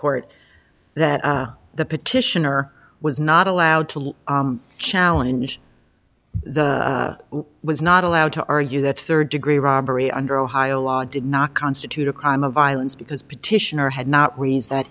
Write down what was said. court that the petitioner was not allowed to challenge the was not allowed to argue that third degree robbery under ohio law did not constitute a crime of violence because petitioner had not raised that